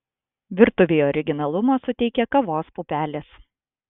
virtuvei originalumo suteikia kavos pupelės